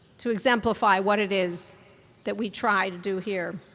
to exemplify what it is that we try to do here.